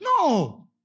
No